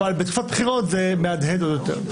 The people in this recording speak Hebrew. ובתקופת בחירות זה מהדהד עוד יותר.